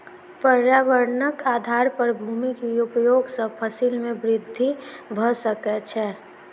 पर्यावरणक आधार पर भूमि के उपयोग सॅ फसिल में वृद्धि भ सकै छै